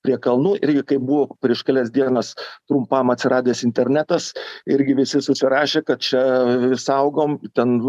prie kalnų irgi kaip buvo prieš kelias dienas trumpam atsiradęs internetas irgi visi susirašė kad čia saugom ten